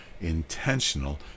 intentional